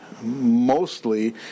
Mostly